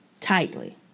tightly